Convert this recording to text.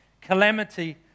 Calamity